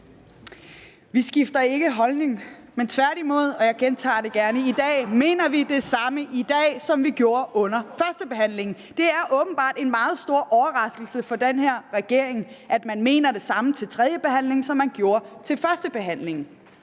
Vi skifter ikke holdning, men tværtimod – og jeg gentager det gerne i dag – mener vi det samme i dag, som vi gjorde under førstebehandlingen. Det er åbenbart en meget stor overraskelse for den her regering, at man mener det samme til tredjebehandlingen, som man gjorde til førstebehandlingen.